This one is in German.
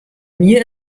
mir